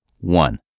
one